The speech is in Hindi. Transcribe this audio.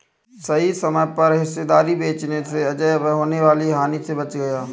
सही समय पर हिस्सेदारी बेचने से अजय होने वाली हानि से बच गया